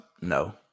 No